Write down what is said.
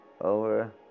over